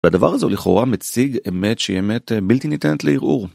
הדבר הזה לכאורה מציג אמת שהיא אמת בלתי ניתנת לערעור.